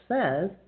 says